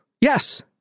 yes